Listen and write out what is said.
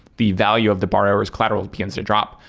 the value of the borrower's collateral begins to drop.